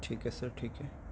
ٹھیک ہے سر ٹھیک ہے